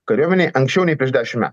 kariuomenėj anksčiau nei prieš dešimt metų